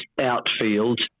outfield